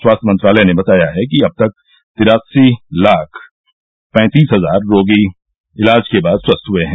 स्वास्थ्य मंत्रालय ने बताया कि अब तक तिरासी लाख पैंतीस हजार रोगी इलाज के बाद स्वस्थ हुए हैं